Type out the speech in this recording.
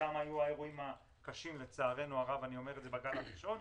שם היו האירועים הקשים לצערנו הרב בגל הראשון,